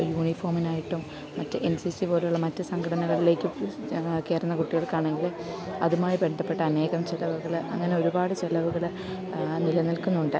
യൂണിഫോമിനായിട്ടും മറ്റ് N C C പോലുള്ള മറ്റ് സംഘടനകളിലേക്കും കയറുന്ന കുട്ടികൾക്കാണെങ്കിൽ അതുമായി ബന്ധപ്പെട്ട അനേകം ചെലവുകൾ അങ്ങനെ ഒരുപാട് ചെലവുകൾ നിലനിൽക്കുന്നുണ്ട്